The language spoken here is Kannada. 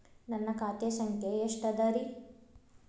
ನನ್ನ ಖಾತೆ ಸಂಖ್ಯೆ ಎಷ್ಟ ಅದರಿ?